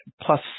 plus